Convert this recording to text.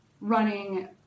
running